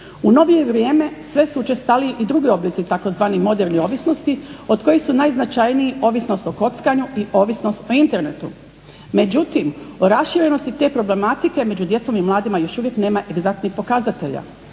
U novije vrijeme sve su učestaliji i drugi oblici tzv. modernih ovisnosti, od kojih su najznačajniji ovisnost o kockanju i ovisnost o Internetu, međutim o raširenosti te problematike među djecom i mladima još uvijek nema egzaktnih pokazatelja,